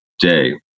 day